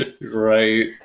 Right